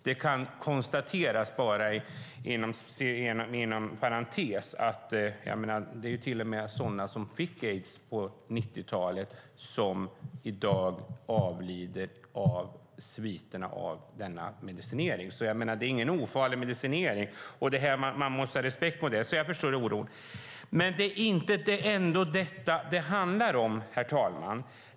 Det kan inom parentes konstateras att till och med sådana som fick aids på 90-talet i dag avlider av sviterna av medicineringen. Det är ingen ofarlig medicinering, och det måste man ha respekt för, så jag förstår oron. Men det är ändå inte detta det handlar om, herr talman.